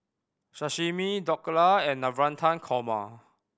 Sashimi Dhokla and Navratan Korma